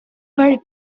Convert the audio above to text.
very